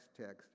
text